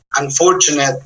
unfortunate